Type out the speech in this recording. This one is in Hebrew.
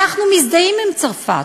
אנחנו מזדהים עם צרפת,